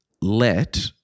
Let